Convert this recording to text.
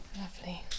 Lovely